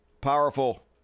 Powerful